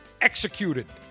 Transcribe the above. executed